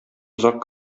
озак